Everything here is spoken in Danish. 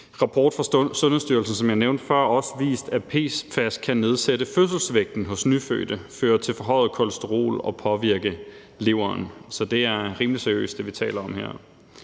rapport fra Sundhedsstyrelsen, som jeg nævnte før, også vist, at PFAS kan nedsætte fødselsvægten hos nyfødte, føre til forhøjet kolesterol og påvirke leveren. Så det, vi taler om her,